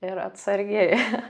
ir atsargiai